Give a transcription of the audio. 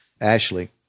Ashley